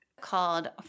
called